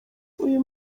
uyu